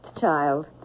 child